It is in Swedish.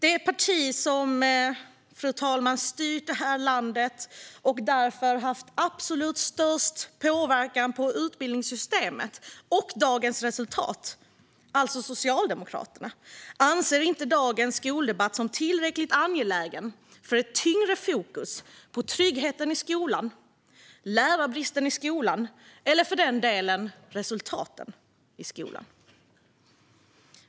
Det parti som har styrt detta land och därför haft absolut störst påverkan på utbildningssystemet och dagens resultat, alltså Socialdemokraterna, anser inte dagens skoldebatt vara tillräckligt angelägen för ett tyngre fokus på tryggheten i skolan, lärarbristen i skolan eller för den delen resultaten i skolan.